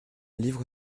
livre